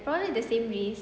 probably the same race